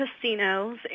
casinos